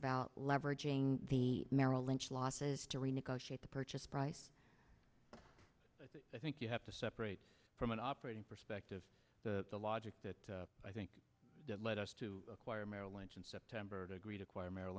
about leveraging the merrill lynch losses to renegotiate the purchase price i think you have to separate from an operating perspective the logic that i think led us to acquire merrill lynch in september to agree to acquire merrill